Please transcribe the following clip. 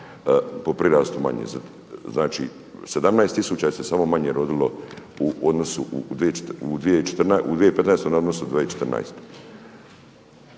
po prirastu manje. Znači, 17000 se samo manje rodilo u odnosu na